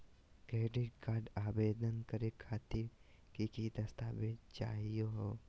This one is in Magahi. क्रेडिट कार्ड आवेदन करे खातिर की की दस्तावेज चाहीयो हो?